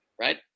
right